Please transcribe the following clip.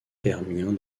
permien